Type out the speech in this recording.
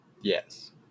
yes